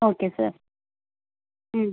okay sir ம்